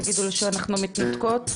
תגידו לו שאנחנו מתנתקות,